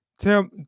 tell